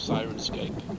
Sirenscape